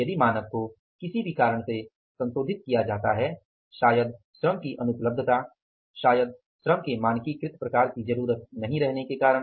यदि मानक को किसी भी कारण से संशोधित किया जाता है शायद श्रम की अनुपलब्धता शायद श्रम के मानकीकृत प्रकार की जरुरत नहीं रहने के कारण